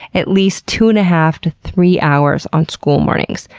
at least two and a half to three hours on school mornings.